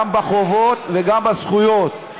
גם בחובות וגם בזכויות.